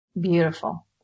beautiful